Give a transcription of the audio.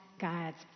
God's